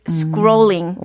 scrolling